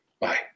Bye